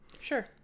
Sure